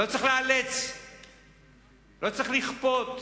לא צריך לאלץ ולא צריך לכפות,